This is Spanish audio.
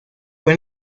fue